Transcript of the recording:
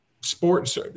sports